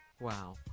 Wow